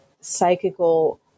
psychical